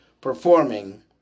performing